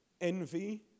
envy